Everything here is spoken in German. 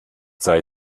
sei